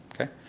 Okay